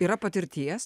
yra patirties